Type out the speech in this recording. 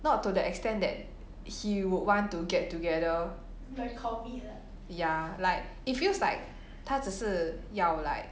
not to the extent that he would want to get together ya like it feels like 他只是要 like